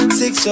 six